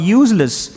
useless